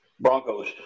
Broncos